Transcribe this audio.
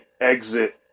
exit